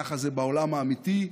ככה זה בעולם האמיתי.